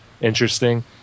interesting